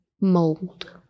mold